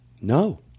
No